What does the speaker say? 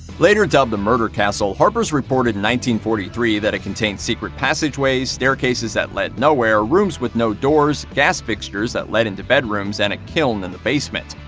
later dubbed the murder castle, harper's reported forty three that it contained secret passageways, staircases that lead nowhere, rooms with no doors, gas fixtures that lead into bedrooms, and a kiln in the basement.